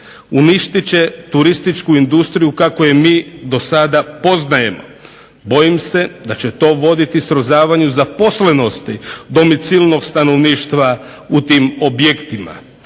Uništit će turističku industriju kako je mi dosada poznajemo. Bojim se da će to voditi srozavanju zaposlenosti domicilnog stanovništva u tim objektima.